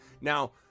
Now